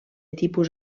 tipus